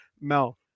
mel